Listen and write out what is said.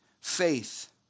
faith